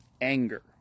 Anger